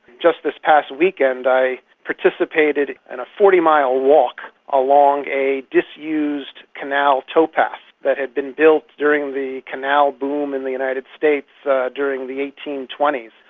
just this past weekend i participated in a forty mile walk along a disused canal tow path that had been built during the canal boom in the united states during the eighteen twenty s,